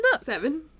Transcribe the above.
seven